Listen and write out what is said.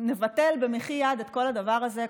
נבטל במחי יד את כל הדבר הזה,